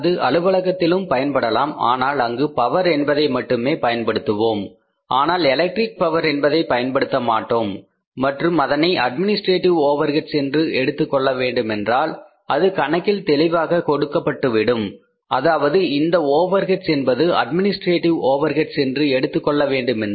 அது அலுவலகத்திலும் பயன்படலாம் ஆனால் அங்கு பவர் என்பதை மட்டுமே பயன்படுத்துவோம் ஆனால் எலக்ட்ரிக் பவர் என்பதை பயன்படுத்த மாட்டோம் மற்றும் அதனை அட்மினிஸ்ட்ரேட்டிவ் ஓவர்ஹெட்ஸ் என்று எடுத்துக் கொள்ள வேண்டுமென்றால் அது கணக்கில் தெளிவாக கொடுக்கப்பட்டுவிடும் அதாவது இந்த ஓவர் ஹெட்ஸ் என்பது அட்மினிஸ்ட்ரேட்டிவ் ஓவர்ஹெட்ஸ் என்று எடுத்துக்கொள்ள வேண்டுமென்று